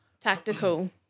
tactical